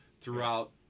throughout